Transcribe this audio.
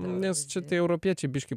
nes čia tie europiečiai biškį